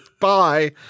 Bye